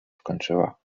skończyła